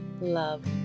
love